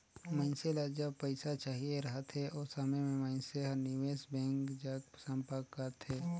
मइनसे ल जब पइसा चाहिए रहथे ओ समे में मइनसे हर निवेस बेंक जग संपर्क करथे